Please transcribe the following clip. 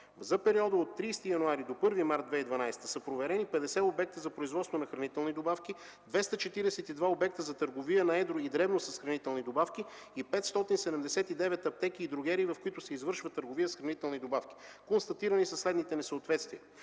За периода от 30 януари до 1 март 2012 г. са проверени 50 обекта за производство на хранителни добавки, 242 обекта за търговия на едро и дребно с хранителни добавки и 579 аптеки и дрогерии, в които се извършва търговия с хранителни добавки. Констатирани са следните несъответствия: